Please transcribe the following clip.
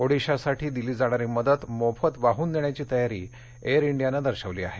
ओडीशासाठी दिली जाणारी मदत मोफत वाहून नेण्याची तयारी एयर इंडियानं दर्शवली आहे